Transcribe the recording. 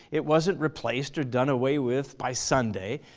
it wasn't replaced or done away with by sunday.